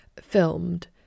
filmed